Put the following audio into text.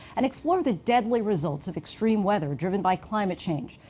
and explore the deadly results of extreme weather driven by climate change.